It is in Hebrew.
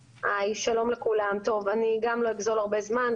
שלום לכולם, אני גם לא אגזול הרבה זמן.